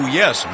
yes